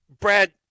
Brad